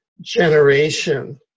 generation